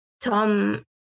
Tom